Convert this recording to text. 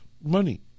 money